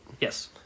Yes